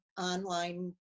online